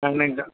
one nine jar